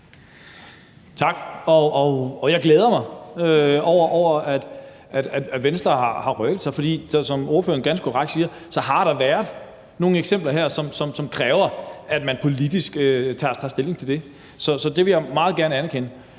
Tak. Jeg glæder mig over, at Venstre har rykket sig, for som ordføreren ganske korrekt siger, har der været nogle eksempler her, som kræver, at man politisk tager stilling til det. Så det vil jeg meget gerne anerkende.